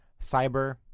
Cyber